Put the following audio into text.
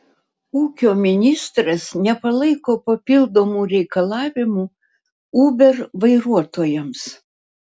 ūkio ministras nepalaiko papildomų reikalavimų uber vairuotojams